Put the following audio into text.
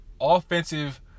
offensive